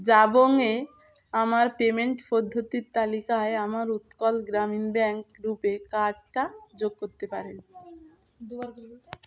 জাবংয়ে আমার পেমেন্ট পদ্ধতির তালিকায় আমার উৎকল গ্রামীণ ব্যাঙ্ক রুপে কার্ডটা যোগ করতে পারেন